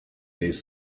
des